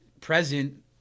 present